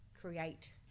create